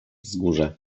wzgórze